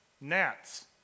Gnats